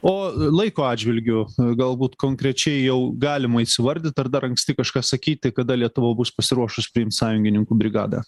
o laiko atžvilgiu galbūt konkrečiai jau galima įsivardyt ar dar anksti kažką sakyti kada lietuva bus pasiruošus priimt sąjungininkų brigadą